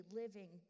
living